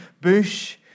bush